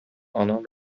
آنان